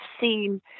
seen